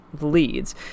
leads